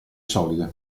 solide